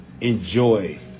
enjoy